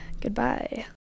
Goodbye